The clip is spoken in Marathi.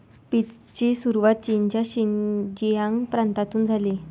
पीचची सुरुवात चीनच्या शिनजियांग प्रांतातून झाली